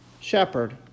shepherd